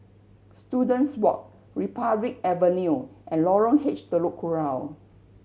Students Walk Republic Avenue and Lorong H Telok Kurau